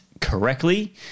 correctly